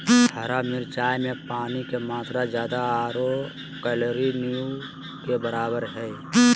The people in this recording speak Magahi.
हरा मिरचाय में पानी के मात्रा ज्यादा आरो कैलोरी नय के बराबर हइ